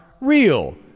real